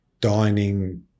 dining